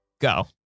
Go